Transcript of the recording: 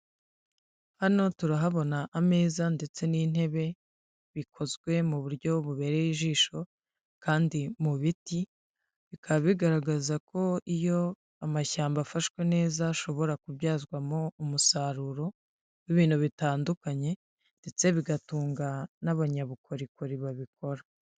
Hano turahabona ameza ndetse n'intebe bikozwe mu buryo bubereye ijisho kandi mu biti, bikaba bigaragaza ko iyo amashyamba afashwe neza ashobora kubyazwamo umusaruro w'ibintu bitandukanye, ndetse bigatunga n'abanyabukorikori babikora.